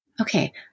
okay